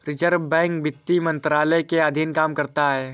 reserve bank वित्त मंत्रालय के अधीन काम करता है